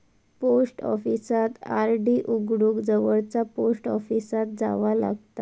post ऑफिसात RD उघडूक जवळचा पोस्ट ऑफिसात जावा लागता